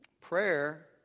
Prayer